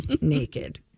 naked